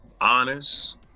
honest